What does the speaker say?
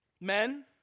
Men